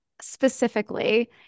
specifically